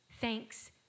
thanks